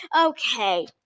Okay